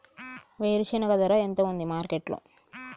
వేరుశెనగ ధర ఎంత ఉంది మార్కెట్ లో?